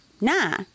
Nah